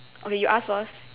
okay you ask first